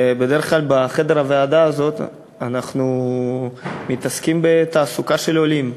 בדרך כלל בחדר הוועדה הזה אנחנו עוסקים בתעסוקת עולים.